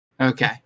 Okay